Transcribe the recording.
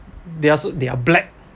they are so they are black